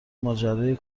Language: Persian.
ماجرای